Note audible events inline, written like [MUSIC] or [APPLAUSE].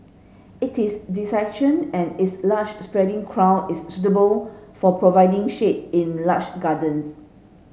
it is [UNINTELLIGIBLE] and its large spreading crown is suitable for providing shade in large gardens